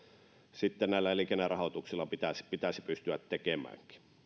näillä elinkeinorahoituksilla pitäisikin pystyä tekemään